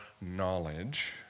knowledge